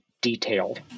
detailed